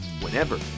whenever